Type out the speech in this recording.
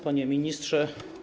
Panie Ministrze!